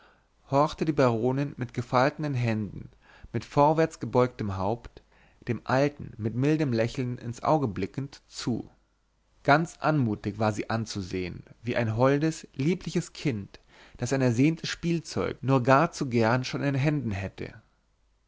horchte die baronin mit gefalteten händen mit vorwärts gebeugtem haupt dem alten mit mildem lächeln ins auge blickend zu gar anmutig war sie anzusehen wie ein holdes liebliches kind das ein ersehntes spielzeug nur gar zu gern schon in händen hätte